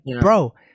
bro